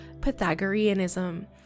Pythagoreanism